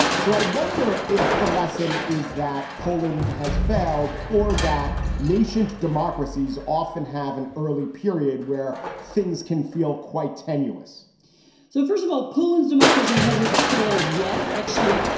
so i wonder if the lesson is that poland has failed or that nation democracies often have an early period where things can feel quite tenuous so, first of all, poland's democracy hasn't failed yet. actually,